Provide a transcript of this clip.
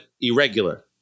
irregular